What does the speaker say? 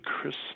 Chris